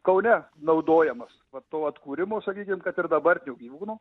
kaune naudojamas to atkūrimo sakykime kad ir dabar gyvūnų